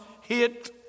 hit